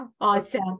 Awesome